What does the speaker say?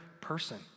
person